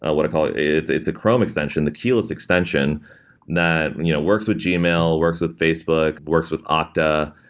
ah what i call it's it's a chrome extension, the keyless extension that and you know works with gmail, works with facebook, works with octa,